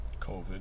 COVID